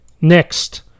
next